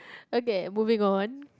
okay moving on